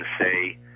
say